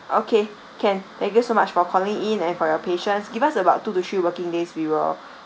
okay can thank you so much for calling in and for your patience give us about two to three working days we will